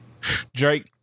Drake